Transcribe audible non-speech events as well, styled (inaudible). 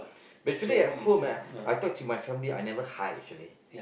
(noise) but actually at home eh I talk to my family I never hide actually